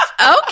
Okay